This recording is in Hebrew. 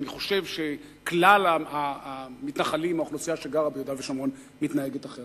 אני חושב שכלל המתנחלים והאוכלוסייה ביהודה ושומרון מתנהגים אחרת.